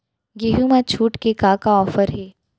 गेहूँ मा छूट के का का ऑफ़र हे?